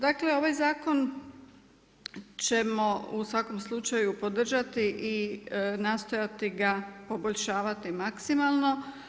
Dakle ovaj zakon ćemo u svakom slučaju podržati i nastojati ga poboljšavati maksimalno.